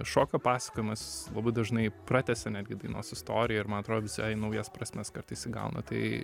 šokio pasakojimas labai dažnai pratęsia netgi dainos istoriją ir man atrodo visai naujas prasmes kartais įgauna tai